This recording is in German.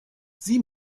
sieh